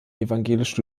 evangelisch